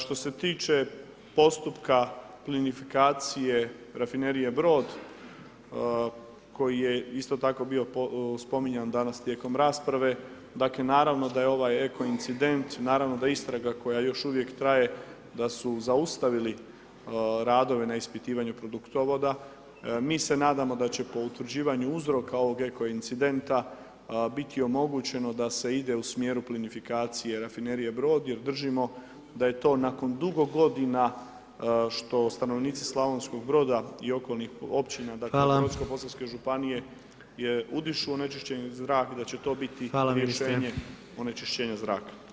Što se tiče postupka plinifikacije rafinerije Brod, koji je isto tako bio spominjan danas tijekom rasprave, dakle, naravno da je ovaj eko incident, naravno da istraga koja još uvijek traje, da su zaustavili radove na ispitivanju produktovoda, mi se nadamo da će po utvrđivanju uzroka ovog eko incidenta biti omogućeno da se ide u smjeru plinifikacije rafinerije Brod jer držimo da je to nakon dugo godina što stanovnici Slavonskog Broda i okolnih općina [[Upadica Predsjednik: Hvala.]] dakle, Brodsko-posavske županije udišu onečišćeni zrak i da će to biti rješenje onečišćenja zraka.